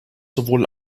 sowohl